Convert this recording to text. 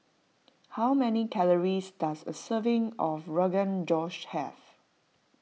how many calories does a serving of Rogan Josh have